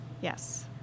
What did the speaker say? Yes